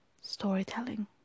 storytelling